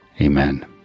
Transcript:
Amen